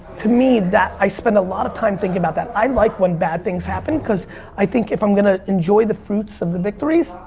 to me that i spend a lot of time thinking about that, i like when bad things happen cause i think if i'm gonna enjoy the fruits of the victories,